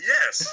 Yes